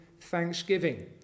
thanksgiving